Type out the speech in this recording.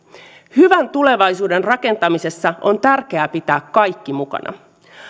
hyvän tulevaisuuden rakentamisessa on tärkeää pitää kaikki mukana